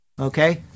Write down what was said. Okay